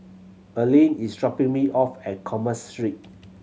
Erlene is dropping me off at Commerce Street